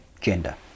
gender